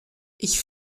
ich